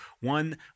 One